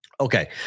okay